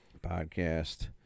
podcast